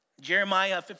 Jeremiah